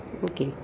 okay